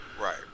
right